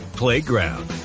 playground